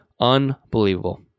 Unbelievable